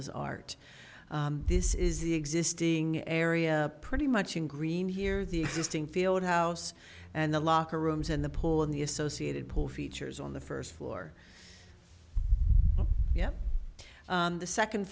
as art this is the existing area pretty much in green here the existing field house and the locker rooms in the pool and the associated pool features on the first floor yes the second